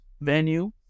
venue